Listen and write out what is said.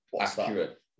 accurate